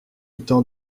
temps